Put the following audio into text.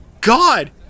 god